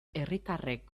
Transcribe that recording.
herritarrek